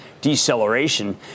deceleration